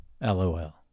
LOL